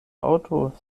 haŭto